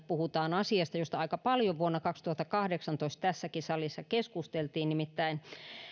puhutaan asiasta josta aika paljon vuonna kaksituhattakahdeksantoista tässäkin salissa keskusteltiin nimittäin